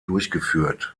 durchgeführt